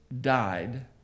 died